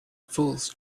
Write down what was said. fools